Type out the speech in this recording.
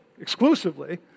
exclusively